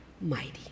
mighty